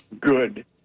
good